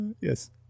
Yes